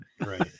right